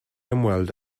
ymweld